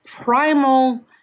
primal